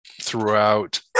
throughout